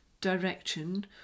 direction